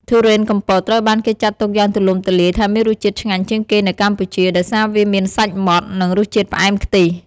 ធុរេនកំពតត្រូវបានគេចាត់ទុកយ៉ាងទូលំទូលាយថាមានរសជាតិឆ្ងាញ់ជាងគេនៅកម្ពុជា ដោយសារវាមានសាច់ម៉ដ្ត និងរសជាតិផ្អែមខ្ទិះ។